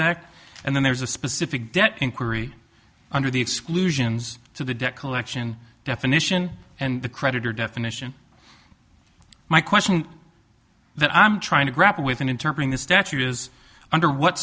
act and then there's a specific debt inquiry under the exclusions to the debt collection definition and the creditor definition my question that i'm trying to grapple with and interpret this statute is under what